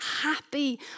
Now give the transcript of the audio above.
happy